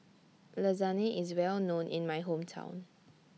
Lasagne IS Well known in My Hometown